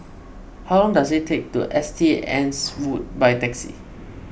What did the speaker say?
how long does it take to S T Anne's Wood by taxi